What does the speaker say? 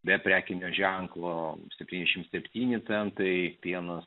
be prekinio ženklo septyniasdešimt septyni centai pienas